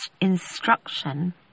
instruction